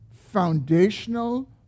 foundational